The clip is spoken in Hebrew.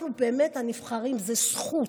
אנחנו באמת הנבחרים, זאת זכות.